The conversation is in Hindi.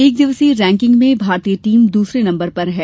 एक दिवसीय रैकिंग में भारतीय टीम दूसरे नम्बर पर है